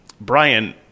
Brian